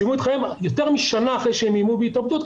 סיימו את חייהם יותר משנה אחרי שהם איימו בהתאבדות,